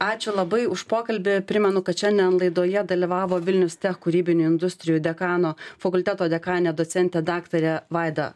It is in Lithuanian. ačiū labai už pokalbį primenu kad šiandien laidoje dalyvavo vilnius tech kūrybinių industrijų dekano fakulteto dekanė docentė daktarė vaida